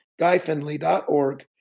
GuyFinley.org